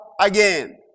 again